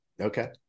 Okay